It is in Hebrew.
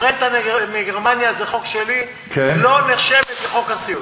הרנטה מגרמניה, זה חוק שלי, לא נחשבת לחוק הסיעוד.